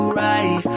right